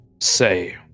say